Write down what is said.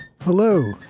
Hello